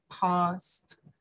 past